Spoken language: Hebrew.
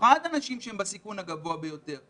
במיוחד אנשים שהם בסיכון הגבוה ביותר.